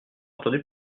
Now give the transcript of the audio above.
entendu